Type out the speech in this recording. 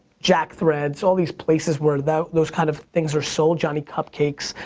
jackthreads, all these places where those those kind of things are sold, johnny cupcakes.